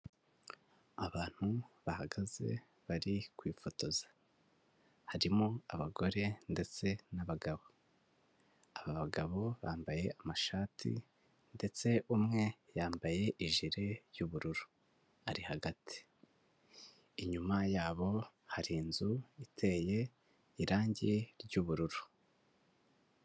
Abantu bahagaze bari kwifotoza harimo abagore ndetse n'abagabo, aba bagabo bambaye amashati ndetse umwe yambaye ijire y'ubururu ari hagati, inyuma yabo hari inzu iteye irangi ry'ubururu.